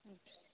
अच्छा